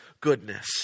goodness